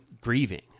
grieving